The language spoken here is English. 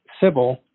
Sybil